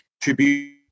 tribute